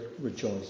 rejoice